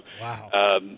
Wow